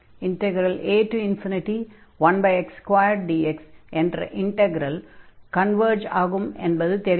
a1x2dx என்ற integral converge ஆகும் என்பது தெரிந்ததே